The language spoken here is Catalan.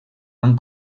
han